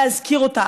להזכיר אותה,